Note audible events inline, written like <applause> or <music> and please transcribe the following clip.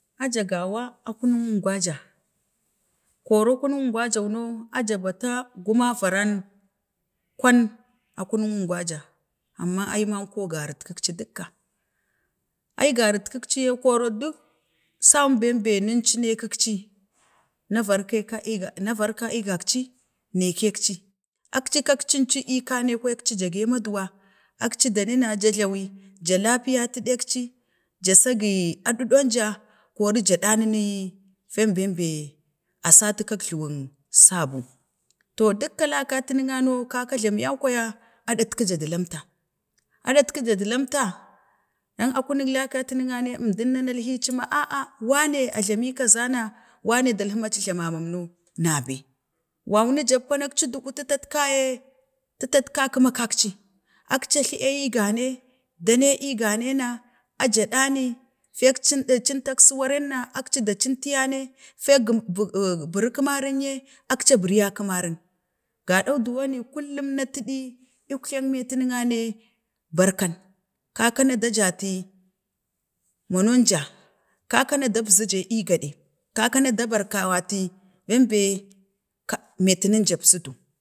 A ja gawa a kunəm ingwa ja, kor kunem ungwajawu no, a ja beta guma varahg, kwan a kunəm ungwaja, amma ai manko garut kukci duk, ai garut kikci kor duk san bembe nincii iikəkci na varkə ike, na varka isakci ne kakci, aci ka akci inci ikwani kwaya akci jage na ii maduwa, akci da nina, ja jlawi, ja lapiyati ɗeng akci, ja segii a ɗuɗaunja, kori ja ɗanani fen bembee a satu kak jluwik sabu, to dukka lakatunna no, kaka jlamu yau kwaya, aɗatkəja də lamta, aɗatkəja də lamta, dan a kunək lakatinana nai, əmdan na nalhee ci ma, <hesitation> wane a jlami ka za na, wane da hi ma aci jlamiman no na bee, wawnu jabpa na akcitgu tətatka ya ye, titatka kəma kekci, akca jla 'yayi gane, danei ii gane na, a jaa ɗanii fekcin teksu warenma cintal akci da cintiya nee, fek gem burk, kəmar ye akci da bariya kəmnarin, ga ɗo duwo ni kullum na tiɗi əkjlakmiyitinane, barka kakana da jati wunin ja, kakana dapz ga iigaɗi, kakan da berkawati bembe miyetiin inje əbzudu